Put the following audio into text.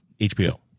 HBO